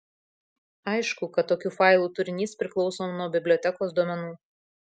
aišku kad tokių failų turinys priklauso nuo bibliotekos duomenų